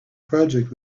project